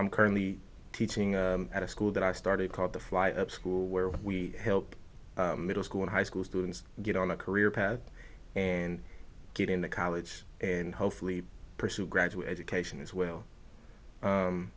i'm currently teaching at a school that i started called the flight up school where we help middle school and high school students get on a career path and get into college and hopefully pursue graduate education as well